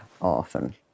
often